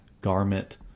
garment